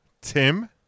Tim